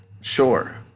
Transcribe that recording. sure